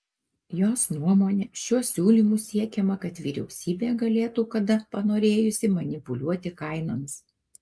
jos nuomone šiuo siūlymu siekiama kad vyriausybė galėtų kada panorėjusi manipuliuoti kainomis